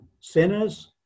Sinners